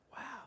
Wow